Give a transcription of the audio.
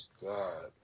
God